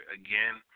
again